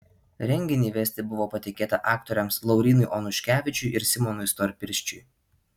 renginį vesti buvo patikėta aktoriams laurynui onuškevičiui ir simonui storpirščiui